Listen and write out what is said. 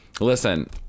Listen